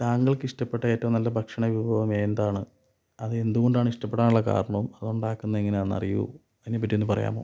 താങ്കൾക്കിഷ്ടപ്പെട്ട ഏറ്റവും നല്ല ഭക്ഷണ വിഭവം ഏതാണ് അത് എന്ത് കൊണ്ടാണ് ഇഷ്ടപെടാനുള്ള കാരണവും അത് ഉണ്ടാക്കുന്നുണ്ട് എങ്ങനെയാന്നറിയോ അതിനെപ്പറ്റി ഒന്ന് പറയാമോ